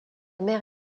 mère